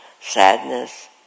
sadness